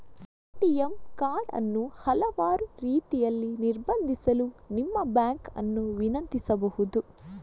ATM card ಅನ್ನು ಹಲವಾರು ರೀತಿಯಲ್ಲಿ ನಿರ್ಬಂಧಿಸಲು ನಿಮ್ಮ ಬ್ಯಾಂಕ್ ಅನ್ನು ವಿನಂತಿಸಬಹುದು